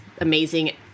amazing